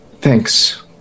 Thanks